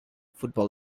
football